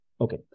Okay